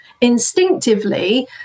instinctively